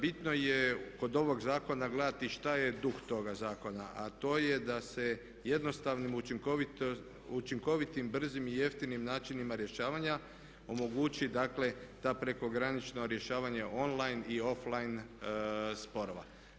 Bitno je kod ovog zakona gledati šta je duh toga zakona a to je da se jednostavnim, učinkovitim, brzim i jeftinim načinima rješavanja omogući dakle ta prekogranično rješavanje online i offline sporova.